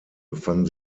befanden